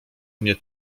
mnie